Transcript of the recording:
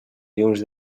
llums